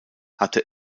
hatte